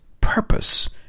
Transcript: purpose